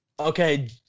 Okay